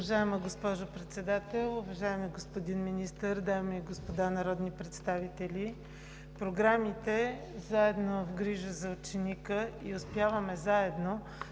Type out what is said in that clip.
Уважаема госпожо Председател, уважаеми господин Министър, дами и господа народни представители! Програмите „Заедно в грижа за ученика“ и „Успяваме заедно“